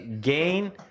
Gain